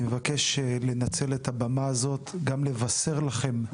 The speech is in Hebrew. אני מבקש לנצל את הבמה הזאת גם לבשר לכם,